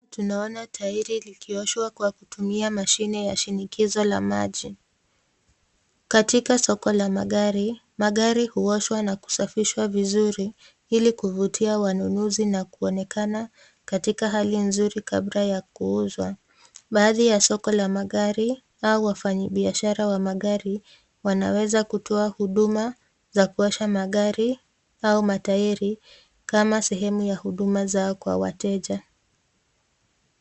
Tunaona tairi likioshwa kwa kutumia mashine ya shinikizo la maji. Katika soko la magari, gari huoshwa na kusafishwa vizuri ili kuvutia wanunuzi na kuonekana katika hali nzuri kabla ya kuuzwa. Baadhi ya soko ya magari au wafanyibiashara wa magari wanaweza kutoa huduma za kuosha magari au matairi kama sehemu za huduma zao kwa wateja.